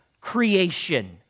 creation